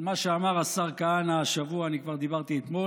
על מה שאמר השר כהנא השבוע אני כבר דיברתי אתמול,